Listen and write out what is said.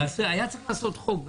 היה צריך לחוקק חוק,